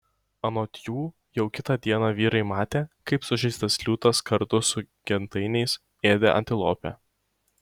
anot jų jau kitą dieną vyrai matė kaip sužeistas liūtas kartu su gentainiais ėdė antilopę